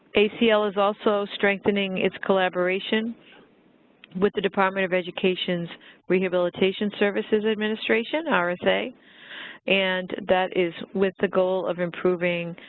acl is also strengthening its collaboration with the department of education's rehabilitation services administration, ah rsa, and and that is with the goal of improving